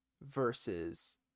versus